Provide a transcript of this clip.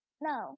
No